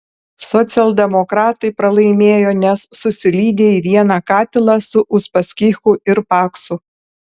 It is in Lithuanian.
socialdemokratai pralaimėjo nes susilydė į vieną katilą su uspaskichu ir paksu